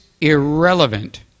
irrelevant